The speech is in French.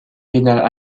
pénal